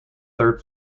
third